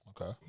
okay